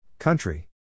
Country